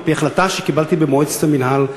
על-פי החלטה שקיבלתי במועצת המינהל,